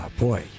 boy